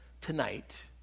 tonight